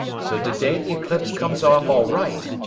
so today the eclipse comes off all right,